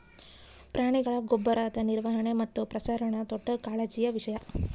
ಪ್ರಾಣಿಗಳ ಗೊಬ್ಬರದ ನಿರ್ವಹಣೆ ಮತ್ತು ಪ್ರಸರಣ ದೊಡ್ಡ ಕಾಳಜಿಯ ವಿಷಯ